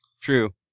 True